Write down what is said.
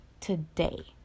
today